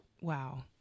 Wow